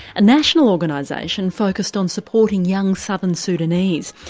a national organisation focused on supporting young southern sudanese.